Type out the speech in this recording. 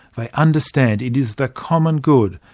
they understand it is the common good,